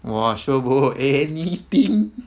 !wah! sure bo anything